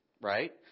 right